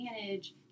manage